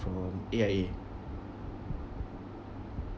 from A_I_A